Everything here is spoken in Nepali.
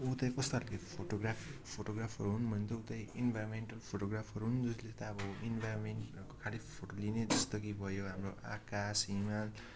ऊ चाहिँ कस्तो खालको फोटोग्राफ् फोटोग्राफर हुन् भने ऊ चाहिँ इन्भारोमेन्टल फोटोग्राफर हुन् जसले चाहिँ इन्भारोमेन्टहरूको खाली फोटो लिने जस्तो कि भयो हाम्रो आकाश हिमाल